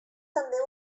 també